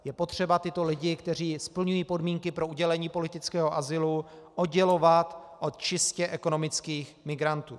Je potřeba tyto lidi, kteří splňují podmínky pro udělení politického azylu, oddělovat od čistě ekonomických migrantů.